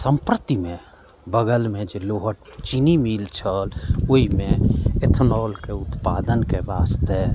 सम्प्रतिमे बगलमे जे लोहट चीनी मिल छल ओहिमे इथेनॉलके उत्पादनके वास्ते